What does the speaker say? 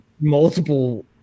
Multiple